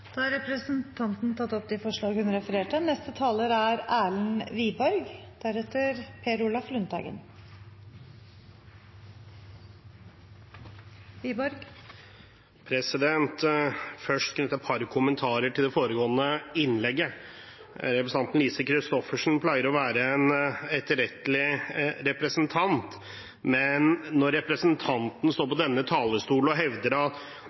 tatt opp de forslagene hun refererte til. Jeg vil først knytte et par kommentarer til det foregående innlegget. Representanten Lise Christoffersen pleier å være en etterrettelig representant, men når representanten står på denne talerstolen og hevder at